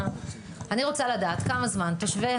אני רוצה לדעת כמה זמן תושבי